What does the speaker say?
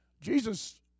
Jesus